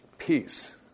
Peace